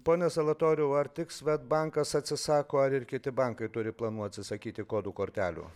pone zalatoriau ar tik svedbankas atsisako ar ir kiti bankai turi planų atsisakyti kodų kortelių